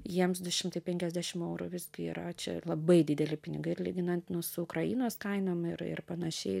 jiems du šimtai penkiasdešim eurų visgi yra čia labai dideli pinigai ir lyginant nu su ukrainos kainom ir ir panašiai